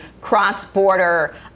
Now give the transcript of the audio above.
cross-border